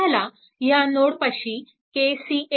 हा झाला ह्या नोडपाशी KCL